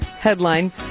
Headline